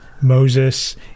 Moses